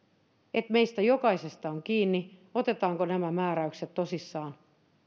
että meistä jokaisesta on kiinni otetaanko nämä määräykset tosissaan